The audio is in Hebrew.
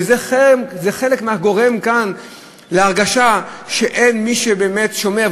וזה חלק מהגורם כאן להרגשה שאין מי שבאמת שומר.